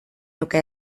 nuke